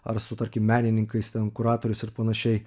ar su tarkim menininkais ten kuratoriais ir panašiai